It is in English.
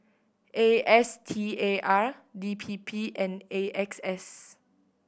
A S T A R D P P and A X S